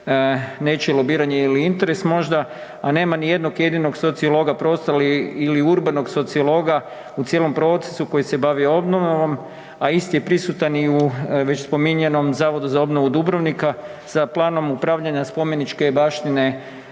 nečije lobiranje ili interes možda a nema ni jednog jedinog sociologa,.../Govornik se ne razumije./... ili urbanog sociologa u cijelom procesu koji se bavi obnovom a isti je prisutan i u već spominjanom Zavodu za obnovu Dubrovnika sa planom upravljanja spomeničke baštine